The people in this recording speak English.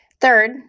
Third